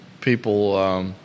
people